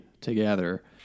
together